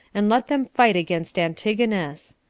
and let them fight against antigonus.